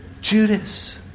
Judas